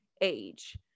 age